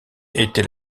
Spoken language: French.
était